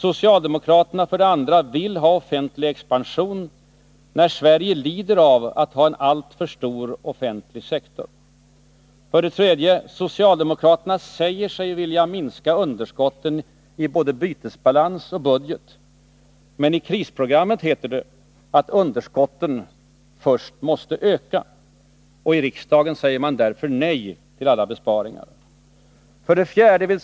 Socialdemokraterna vill ha offentlig expansion, när Sverige lider av att ha en alltför stor offentlig sektor. 3. Socialdemokraterna säger sig vilja minska underskotten i både bytesbalans och budget, men i krisprogrammet heter det att underskotten först måste öka. I riksdagen säger man därför nej till alla besparingar. 4.